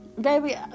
Baby